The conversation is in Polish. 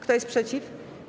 Kto jest przeciw?